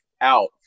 out